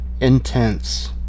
intense